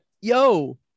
Yo